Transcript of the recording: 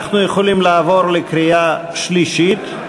אנחנו יכולים לעבור לקריאה שלישית.